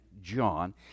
John